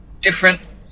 different